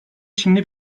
çinli